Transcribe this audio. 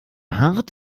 hart